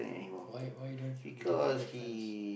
why why don't you believe your close friends